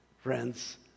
Friends